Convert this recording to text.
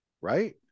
right